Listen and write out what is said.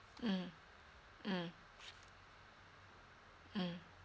mmhmm mmhmm mmhmm